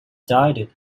died